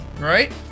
Right